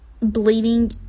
bleeding